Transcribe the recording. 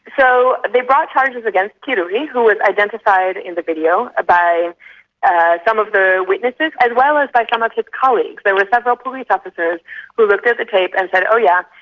so, they brought charges against kirui, who was identified in the video by some of the witnesses, as and well as by some of his colleagues. there were several police officers who looked at the tape and said, oh, yeah,